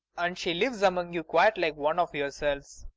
and she lives among you quite like one of yourselves.